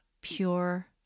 pure